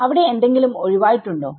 അവിടെ എന്തെങ്കിലും ഒഴിവായിട്ടുണ്ടോ